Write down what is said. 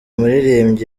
muririmbyi